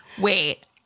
Wait